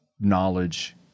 knowledge